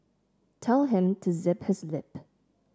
tell him to zip his lip